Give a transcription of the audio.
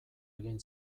egin